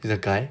is a guy